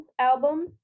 album